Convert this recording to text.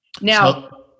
Now